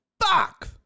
Fuck